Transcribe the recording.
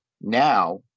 Now